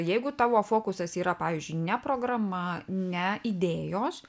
jeigu tavo fokusas yra pavyzdžiui ne programa ne idėjos